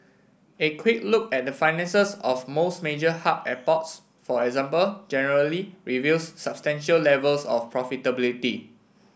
a quick look at the finances of most major hub airports for example generally reveals substantial levels of profitability